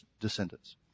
descendants